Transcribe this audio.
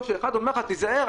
לטובת אותו אחד שאומר לך: תיזהר,